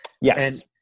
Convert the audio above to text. Yes